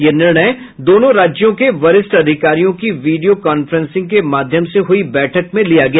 ये निर्णय दोनों राज्यों के वरिष्ठ अधिकारियों की वीडियो कॉन्फ्रेंसिग के माध्यम से हुई बैठक में लिया गया